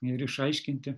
ir išaiškinti